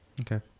Okay